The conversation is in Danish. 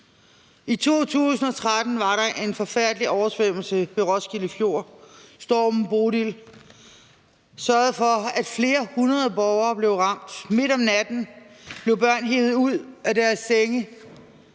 I 2013 var der en forfærdelig oversvømmelse ved Roskilde Fjord; stormen »Bodil« sørgede for, at flere hundrede borgere blev ramt. Midt om natten blev børn revet ud af deres senge,